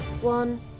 one